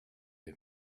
him